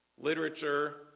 literature